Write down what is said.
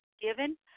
given